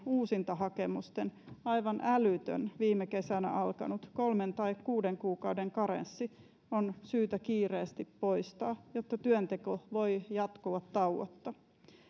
uusintahakemusten aivan älytön viime kesänä alkanut kolme tai kuuden kuukauden karenssi on syytä kiireesti poistaa jotta työnteko voi jatkua tauotta